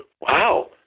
wow